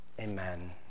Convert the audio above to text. Amen